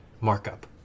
markup